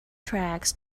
tracks